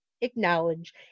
acknowledge